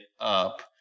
up